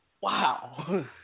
wow